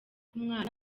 umwana